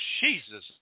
Jesus